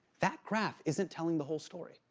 that graph isn't telling the whole story.